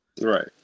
right